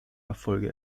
erfolge